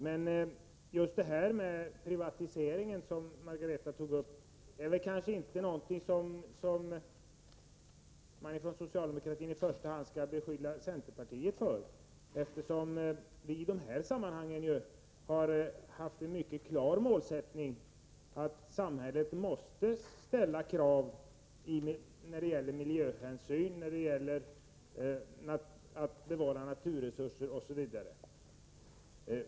Men just detta om privatisering, som Margareta Winberg tog upp, är väl inte någonting som man från socialdemokraternas sida i första hand skall beskylla centerpartiet för, eftersom vi i de sammanhangen haft den mycket klara målsättningen att samhället måste ställa krav när det gäller miljöhänsyn, bevarande av naturresurser osv.